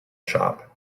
shop